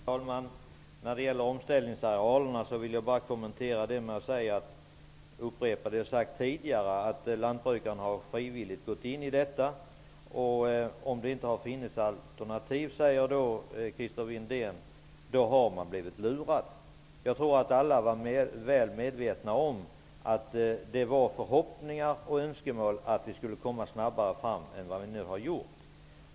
Herr talman! När det gäller omställningsarealen vill jag bara upprepa vad jag har sagt tidigare. Lantbrukarna har frivilligt gått in i detta program. Christer Windén säger att det inte har funnits alternativ och att bönderna har blivit lurade. Jag tror att alla var väl medvetna om att det fanns förhoppningar och önskemål om att det hela skulle gå snabbare än vad det har gjort.